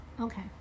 okay